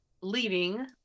leading